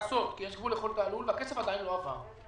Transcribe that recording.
והכסף עוד לא עבר.